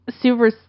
super